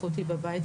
אחותי בבית,